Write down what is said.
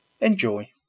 Enjoy